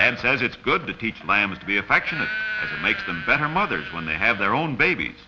and says it's good to teach lambs to be affectionate make them better mothers when they have their own bab